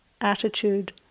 attitude